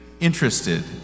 interested